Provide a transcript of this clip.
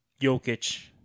Jokic